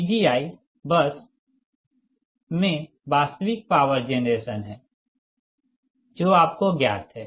Pgi बस में वास्तविक पॉवर जेनरेशन हैं जो आपको ज्ञात है